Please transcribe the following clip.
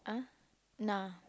!huh! nah